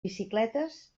bicicletes